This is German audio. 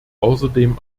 außerdem